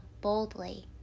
boldly